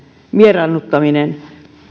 vieraannuttaminen on